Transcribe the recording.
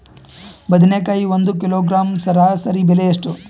ಬದನೆಕಾಯಿ ಒಂದು ಕಿಲೋಗ್ರಾಂ ಸರಾಸರಿ ಬೆಲೆ ಎಷ್ಟು?